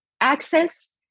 access